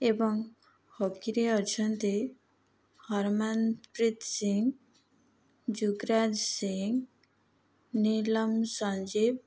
ଏବଂ ହକିରେ ଅଛନ୍ତି ହରମାନ ପ୍ରୀତ ସିଂହ ଯୁଗରାଜ ସିଂହ ନିଲମ ସଞ୍ଜୀବ